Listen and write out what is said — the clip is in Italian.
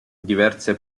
diverse